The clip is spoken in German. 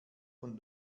von